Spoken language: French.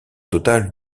total